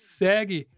segue